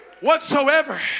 whatsoever